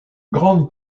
grande